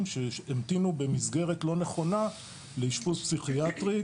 שהמתינו במסגרת לא נכונה לאשפוז פסיכיאטרי.